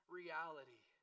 reality